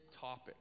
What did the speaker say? topic